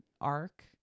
arc